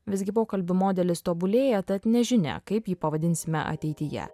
visgi pokalbių modelis tobulėja tad nežinia kaip jį pavadinsime ateityje